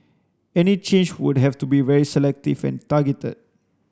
any change would have to be very selective and targeted